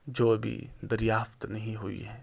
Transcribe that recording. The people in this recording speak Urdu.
جو ابھی دریافت نہیں ہوئی ہیں